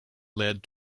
led